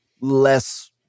less